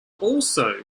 also